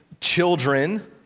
children